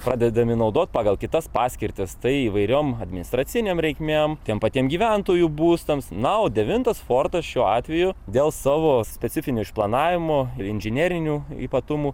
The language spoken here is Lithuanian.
pradedami naudoti pagal kitas paskirtis tai įvairiom administracinėm reikmėm tiem patiem gyventojų būstams na o devintas fortas šiuo atveju dėl savo specifinio išplanavimo inžinerinių ypatumų